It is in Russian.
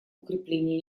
укрепления